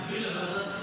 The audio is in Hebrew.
להעביר לוועדת חינוך.